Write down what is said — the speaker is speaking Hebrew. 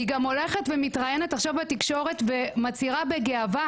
היא גם מתראיינת בתקשורת ומצהירה בגאווה